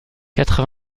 quatre